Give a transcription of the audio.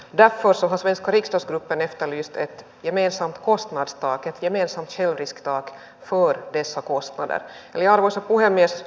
jatkossa svenska rikstens pennettallista kemiössä kostnadstak ett gemensamt självrisktak foibessa opetus ja arvoisa puhemies